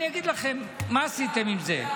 אני אגיד לכם: מה עשיתם עם זה?